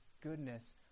goodness